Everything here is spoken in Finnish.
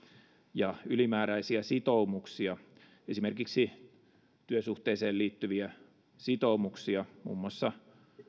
ja ylimääräisiä sitoumuksia esimerkiksi työsuhteeseen liittyviä sitoumuksia muun muassa